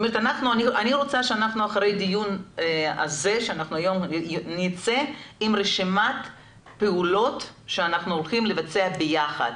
אני רוצה שאחרי הדיון הזה נצא עם רשימת פעולות שאנחנו הולכים לבצע ביחד